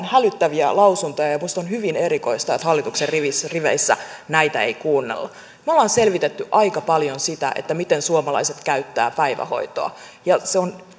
hälyttäviä lausuntoja ja ja minusta on hyvin erikoista että hallituksen riveissä riveissä näitä ei kuunnella me olemme selvittäneet aika paljon sitä miten suomalaiset käyttävät päivähoitoa ja se on